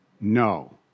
no